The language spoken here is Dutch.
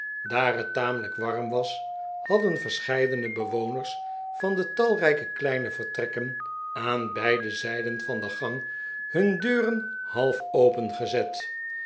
daar het tamelijk warm was hadden verscheidene bewoners van de talrijke kleine vertrekken aan beide zij den van de gang hun deuren half opengezet